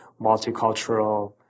multicultural